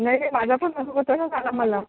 नाही नाही माझा पण तसाच आला मला